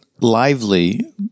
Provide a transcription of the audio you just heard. lively